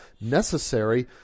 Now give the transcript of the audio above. necessary